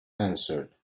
answered